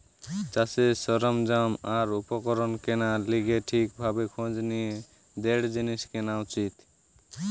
চাষের সরঞ্জাম আর উপকরণ কেনার লিগে ঠিক ভাবে খোঁজ নিয়ে দৃঢ় জিনিস কেনা উচিত